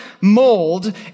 mold